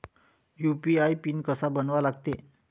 UPI pin कसा बनवा लागते?